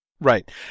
Right